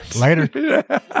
Later